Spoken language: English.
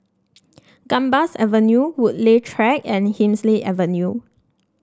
Gambas Avenue Woodleigh Track and Hemsley Avenue